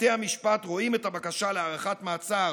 בתי המשפט רואים את הבקשה להארכת מעצר